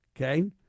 Okay